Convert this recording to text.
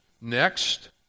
Next